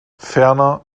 ferner